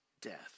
death